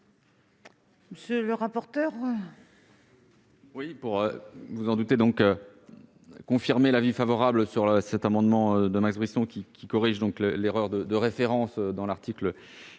monsieur le rapporteur